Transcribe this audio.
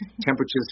temperatures